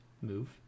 move